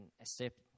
accept